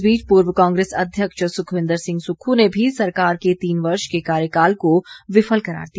इस बीच पूर्व कांग्रस अध्यक्ष सुक्रवविंद्र सिंह सुक्खू ने भी सरकार के तीन वर्ष के कार्यकाल को विफल करार दिया